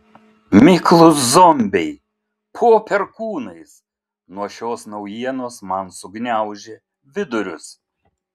miklūs zombiai po perkūnais nuo šios naujienos man sugniaužė vidurius